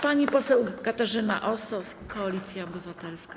Pani poseł Katarzyna Osos, Koalicja Obywatelska.